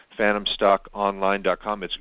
phantomstockonline.com